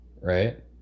right